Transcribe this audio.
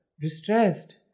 distressed